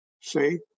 See